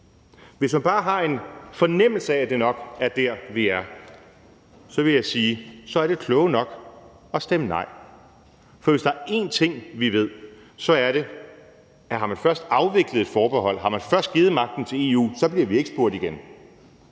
Hvis man bare har en fornemmelse af, at det nok er der, vi er, så vil jeg sige, at det kloge nok er at stemme nej. For hvis der er én ting, vi ved, så er det, at har man først afviklet et forbehold, har man først givet magten til EU, så bliver vi ikke spurgt igen.